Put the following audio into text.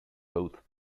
both